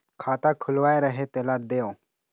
खाता खुलवाय रहे तेला देव?